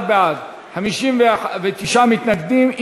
61 בעד, 59 מתנגדים.